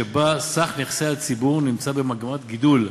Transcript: שבה סך נכסי הציבור נמצא במגמת גידול אדירה,